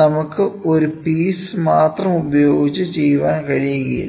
നമുക്കു ഒരു പീസ് മാത്രം ഉപയോഗിച്ച് ചെയ്യാൻ കഴിയില്ല